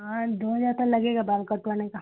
हाँ दो हज़ार तो लगेगा बाल कटवाने का